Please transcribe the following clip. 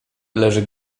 leży